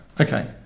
Okay